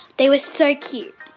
they were so cute.